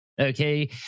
okay